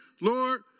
Lord